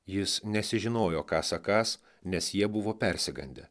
jis nesižinojo ką sakąs nes jie buvo persigandę